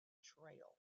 trail